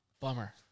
Bummer